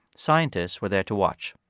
scientists were there to watch.